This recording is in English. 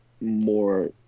more